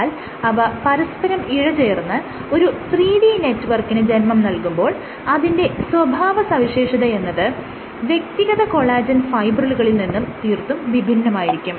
എന്നാൽ അവ പരസ്പരം ഇഴചേർന്ന് ഒരു 3 D നെറ്റ് വർക്കിന് ജന്മം നൽകുമ്പോൾ അതിന്റെ സ്വഭാവ സവിശേഷതയെന്നത് വ്യക്തിഗത കൊളാജെൻ ഫൈബ്രിലുകളിൽ നിന്നും തീർത്തും വിഭിന്നമായിരിക്കും